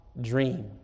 dream